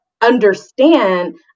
understand